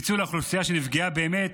פיצוי לאוכלוסייה שנפגעה באמת